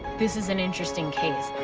this is an interesting case,